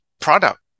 product